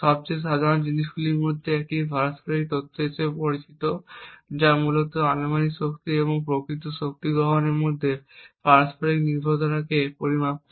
সবচেয়ে সাধারণ জিনিসগুলির মধ্যে একটি পারস্পরিক তথ্য হিসাবে পরিচিত যা মূলত অনুমানিক শক্তি এবং প্রকৃত শক্তি গ্রহণের মধ্যে পারস্পরিক নির্ভরতাকে পরিমাপ করে